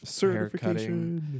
Haircutting